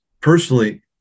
personally